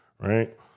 Right